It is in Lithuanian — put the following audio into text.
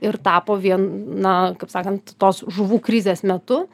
ir tapo vien na kaip sakant tos žuvų krizės metu